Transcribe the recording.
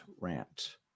rant